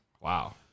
Wow